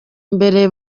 mbere